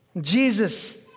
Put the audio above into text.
Jesus